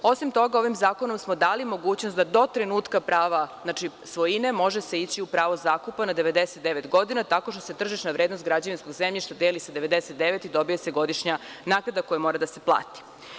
Osim toga, ovim zakonom smo dali mogućnost da do trenutka prava svojine može se ići u pravo zakupa na 99 godina tako što se tržišna vrednost građevinskog zemljišta deli sa 99 i dobija se godišnja naknada koja mora da se plati.